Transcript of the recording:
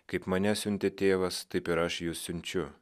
kaip mane siuntė tėvas taip ir aš jus siunčiu